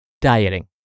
Dieting